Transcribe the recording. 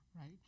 Right